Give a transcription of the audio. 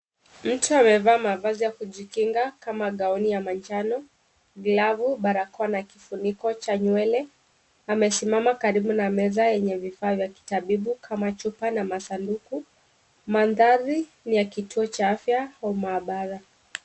Mtu amevaa mavazi ya kujikinga kama gauni ya manjano, glavu, barakoa na kifuniko cha nywele. Amesimama karibu na meza yenye vifaa vya kitabibu kama chupa na masanduku. Mandhari ni ya kituo cha afya au maabara.